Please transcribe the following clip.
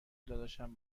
داداشم